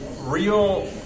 real